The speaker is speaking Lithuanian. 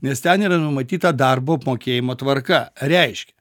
nes ten yra numatyta darbo apmokėjimo tvarka reiškia